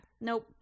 Nope